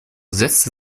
setzte